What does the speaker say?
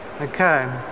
Okay